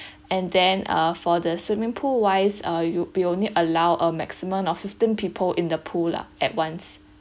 and then uh for the swimming pool wise err you you'll only allow a maximum of fifteen people in the pool lah at once